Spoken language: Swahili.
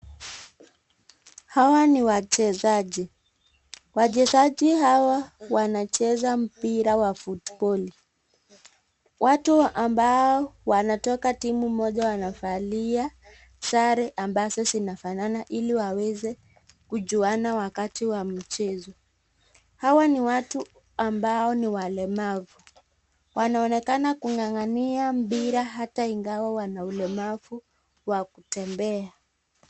Hawa ni wachezaji , wachezaji hawa wancheza mpira wa (cs) football (cs), watu ambao wanatoka timu moja wanavalia sare ambazo zinafanana ili waweze kujuana wakati wa michezo, hawa ni watu ambao ni walemavu wanaonekana kung'ang'ania mpira hata ingawa wana ulemavu wa kutembea.